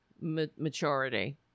maturity